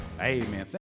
Amen